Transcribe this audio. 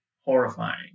horrifying